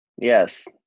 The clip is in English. Yes